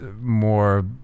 more